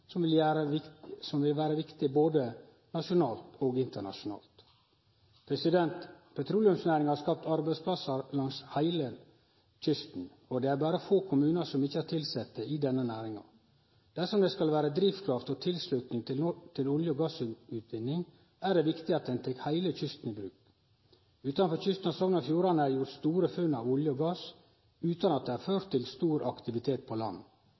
som vil vere viktig både nasjonalt og internasjonalt. Petroleumsnæringa har skapt arbeidsplassar langs heile kysten, og det er berre få kommunar som ikkje har tilsette i denne næringa. Dersom det skal vere drivkraft og tilslutning til olje- og gassutvinning, er det viktig at ein tek heile kysten i bruk. Utanfor kysten av Sogn og Fjordane er det gjort store funn av olje og gass, utan at det har ført til stor aktivitet på land.